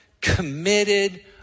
committed